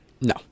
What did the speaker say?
No